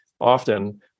often